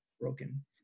broken